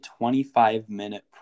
25-minute